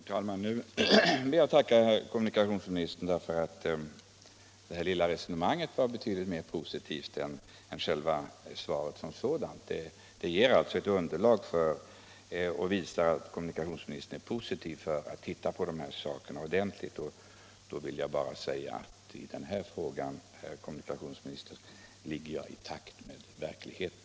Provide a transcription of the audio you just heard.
Herr talman! Nu vill jag tacka kommunikationsministern för att der här lilla resonemanget var betydligt mer positivt än själva svaret. Det visar att kommunikationsministern är positiv till att titta på de här sakerna ordentligt. Då vill jag bara säga att i den här frågan, herr kommunikationsminister, ligger jag i takt med verkligheten.